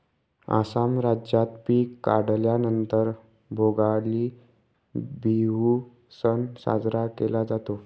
आसाम राज्यात पिक काढल्या नंतर भोगाली बिहू सण साजरा केला जातो